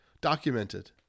documented